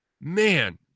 man